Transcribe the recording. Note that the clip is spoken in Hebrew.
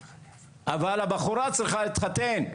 אבל, הבחורה צריכה להתחתן,